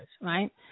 right